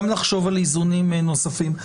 גם לחשוב על איזונים נוספים.